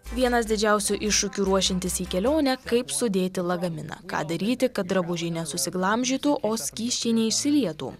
vienas didžiausių iššūkių ruošiantis į kelionę kaip sudėti lagaminą ką daryti kad drabužiai nesusiglamžytų o skysčiai neišsilietų